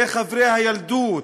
זה חברי הילדות,